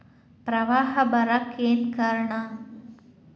ಪ್ರವಾಹ ಬರಾಕ್ ಏನ್ ಕಾರಣ?